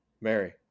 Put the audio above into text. Mary